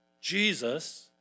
Jesus